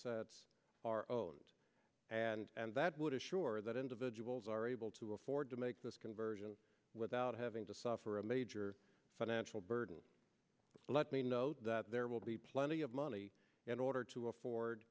sets are owned and and that would assure that individuals are able to afford to make this conversion without having to suffer a major financial burden let me note that there will be plenty of money in order to afford